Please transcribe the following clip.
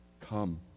come